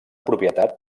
propietat